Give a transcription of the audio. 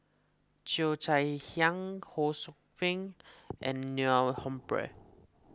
Cheo Chai Hiang Ho Sou Ping and Neil Humphreys